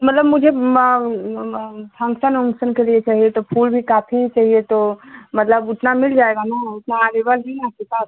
मतलब मुझे फंक्सन ओंग्सन के लिए चाहिए तो फूल भी काफी चाहिए तो मतलब उतना मिल जाएगा ना उतना अलेबल हें आपके पास